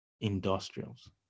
industrials